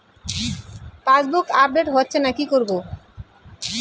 Passbook update হচ্ছেনা কি করবো?